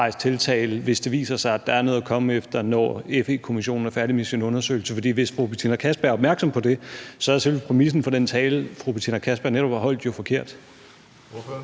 hvis det viser sig, at der er noget at komme efter, når FE-kommissionen er færdig med sin undersøgelse? For hvis fru Betina Kastbjerg er opmærksom på det, er selve præmissen for den tale, fru Betina Kastbjerg netop har holdt, jo forkert.